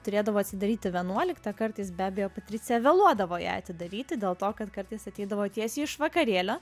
turėtų atsidaryti vienuoliktą kartą be abejo patricija vėluodavo ją atidaryti dėl to kad kartais ateidavo tiesiai iš vakarėlio